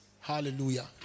Hallelujah